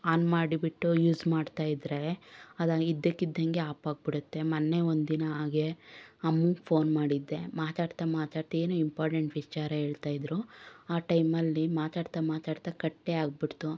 on ಮಾಡಿ ಬಿಟ್ಟು use ಮಾಡ್ತಾಯಿದ್ದರೆ ಅದು ಇದ್ದಕ್ಕಿದ್ದಂತೆ ಆಪಾಗ್ಬಿಡುತ್ತೆ ಮೊನ್ನೆ ಒಂದಿನ ಹಾಗೆ ಅಮ್ಮಂಗೆ ಫೋನ್ ಮಾಡಿದ್ದೆ ಮಾತಾಡ್ತಾ ಮಾತಾಡ್ತಾ ಏನೋ ಇಂಪಾರ್ಟೆಂಟ್ ವಿಚಾರ ಹೇಳ್ತಾಯಿದ್ರು ಆ ಟೈಮಲ್ಲಿ ಮಾತಾಡ್ತಾ ಮಾತಾಡ್ತಾ ಕಟ್ಟೆ ಆಗ್ಬಿಡ್ತು